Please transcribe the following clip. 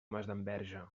masdenverge